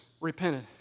repented